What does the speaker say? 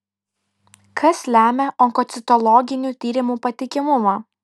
kas lemia onkocitologinių tyrimų patikimumą